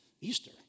Easter